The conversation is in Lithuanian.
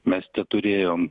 mes teturėjom